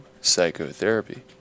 psychotherapy